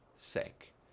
sake